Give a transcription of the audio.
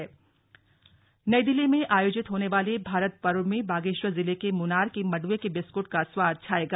मंडुवे के बिस्कुट नई दिल्ली में आयोजित होने वाले भारत पर्व में बागेश्वर जिले के मुनार के मंडवे के बिस्कट का स्वाद छायेगा